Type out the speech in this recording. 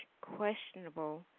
questionable